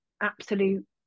absolute